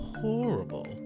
horrible